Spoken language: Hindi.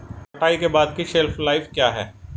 कटाई के बाद की शेल्फ लाइफ क्या है?